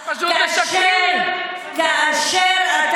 כאשר,